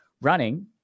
running